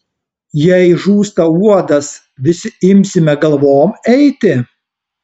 jei žūsta uodas visi imsime galvom eiti